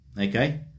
Okay